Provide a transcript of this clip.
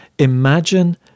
Imagine